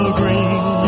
green